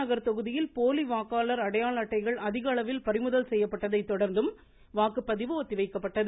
நகர் தொகுதியில் போலி வாக்காளர் அடையாள அட்டைகள் அதிகளவில் பறிமுதல் செய்யபபட்டதை தொடர்ந்தும் வாக்குப்பதிவு ஒத்திவைக்கப்பட்டது